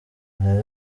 aya